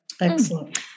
Excellent